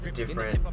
different